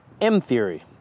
M-theory